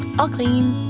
all clean.